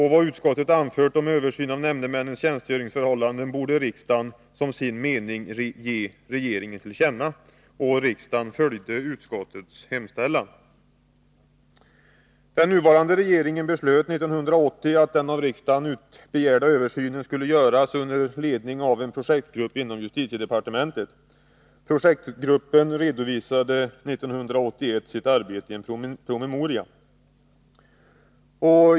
Vad utskottet anfört om en översyn av nämndemännens tjänstgöringsförhållanden borde riksdagen som sin mening ge regeringen till känna. Riksdagen följde utskottets hemställan. Regeringen beslutade 1980 att den av riksdagen begärda översynen skulle göras under ledning av en projektgrupp inom justitiedepartementet. Projektgruppen redovisade 1981 sitt arbete i en promemoria.